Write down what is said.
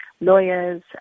lawyers